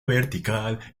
vertical